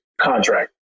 contract